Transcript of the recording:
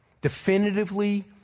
definitively